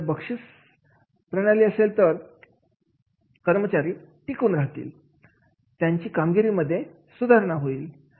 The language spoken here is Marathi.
आणि जर बक्षीस म्हणाली असेल तर कर्मचारी टिकून राहतील आणि त्यांच्या कामगिरीमध्ये सुद्धा सुधारणा होईल